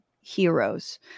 heroes